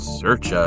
search